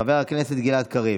חבר הכנסת גלעד קריב,